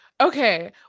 okay